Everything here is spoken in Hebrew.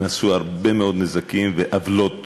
נעשו הרבה מאוד נזקים ועוולות